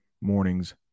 morning's